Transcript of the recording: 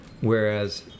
Whereas